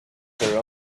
their